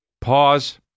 Pause